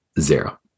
Zero